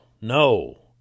No